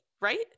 right